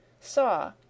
saw